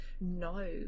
no